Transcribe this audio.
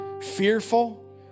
fearful